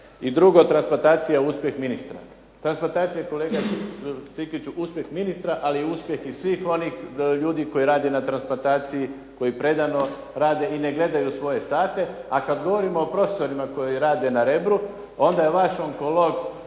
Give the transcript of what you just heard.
I drugo, transplantacija je uspjeh ministra. Transplantacija kolega Strikiću uspjeh ministra ali uspjeh i svih onih ljudi koji rade na transplantaciji koji predano rade i ne gledaju svoje sate. A kada govorimo o profesorima koji rade na Rebru, onda je vaš onkolog